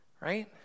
Right